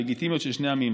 הלגיטימיות של שני העמים.